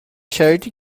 شرایطی